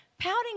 Pouting